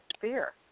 fear